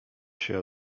się